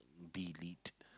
be lead